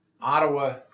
Ottawa